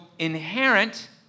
Inherent